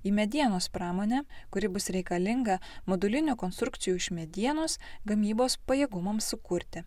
į medienos pramonę kuri bus reikalinga modulinių konstrukcijų iš medienos gamybos pajėgumams sukurti